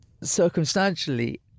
circumstantially